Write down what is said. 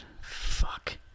Fuck